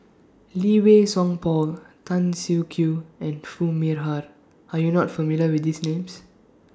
Lee Wei Song Paul Tan Siak Kew and Foo Mee Har Are YOU not familiar with These Names